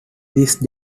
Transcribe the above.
this